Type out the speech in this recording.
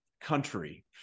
country